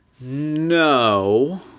No